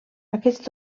aquests